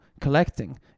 Collecting